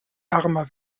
ärmer